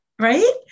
right